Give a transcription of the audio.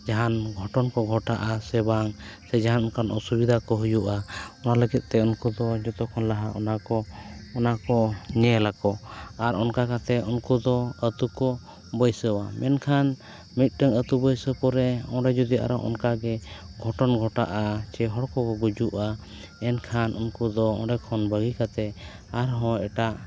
ᱡᱟᱦᱟᱱ ᱜᱷᱚᱴ ᱠᱚ ᱜᱷᱴᱟᱜᱼᱟ ᱥᱮ ᱵᱟᱝ ᱥᱮ ᱡᱟᱦᱟᱱ ᱚᱱᱠᱟᱱ ᱚᱥᱩᱵᱤᱫᱷᱟ ᱠᱚ ᱦᱩᱭᱩᱜᱼᱟ ᱚᱱᱟ ᱞᱟᱹᱜᱤᱫᱛᱮ ᱩᱱᱠᱩ ᱫᱚ ᱡᱚᱛᱚ ᱠᱷᱚᱱ ᱞᱟᱦᱟ ᱚᱱᱟ ᱠᱚ ᱧᱮᱞ ᱟᱠᱚ ᱟᱨ ᱚᱱᱠᱟ ᱠᱟᱛᱮᱫ ᱩᱱᱠᱩ ᱫᱚ ᱟᱛᱳ ᱠᱚ ᱵᱟᱹᱭᱥᱟᱹᱣᱟ ᱢᱮᱱᱠᱷᱟᱱ ᱢᱤᱫᱴᱟᱝ ᱟᱛᱳ ᱵᱟᱹᱭᱥᱟᱹᱣ ᱯᱚᱨᱮ ᱚᱸᱰᱮ ᱡᱩᱫᱤ ᱟᱨᱦᱚᱸ ᱚᱱᱠᱟᱜᱮ ᱜᱷᱚᱴᱚᱱ ᱜᱷᱚᱴᱟᱜᱼᱟ ᱥᱮ ᱦᱚᱲ ᱠᱚᱠᱚ ᱜᱩᱡᱩᱜᱼᱟ ᱮᱱᱠᱷᱟᱱ ᱩᱱᱠᱩ ᱫᱚ ᱚᱸᱰᱮ ᱠᱷᱚᱱ ᱵᱟᱹᱜᱤ ᱠᱟᱛᱮᱫ ᱟᱨᱦᱚᱸ ᱮᱴᱟᱜ